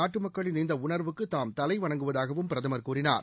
நாட்டு மக்களின் இந்த உணா்வுக்கு தாம் தலைவணங்குவதாகவும் பிரதமர் கூறினார்